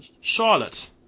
Charlotte